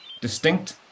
distinct